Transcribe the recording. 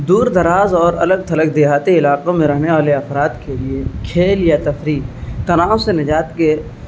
دور دراز اور الگ تھلگ دیہاتی علاقوں میں رہنے والے افراد کے لیے کھیل یا تفریح تناؤ سے نجات کے